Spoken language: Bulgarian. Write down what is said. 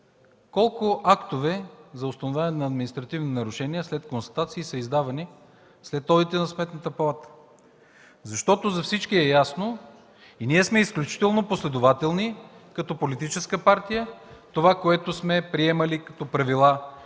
колко актове за установени административни нарушения, след констатации, са издавани след одит на Сметната палата? За всички е ясно, и ние сме изключително последователни като политическа партия в това, което сме приемали като правила